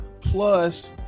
Plus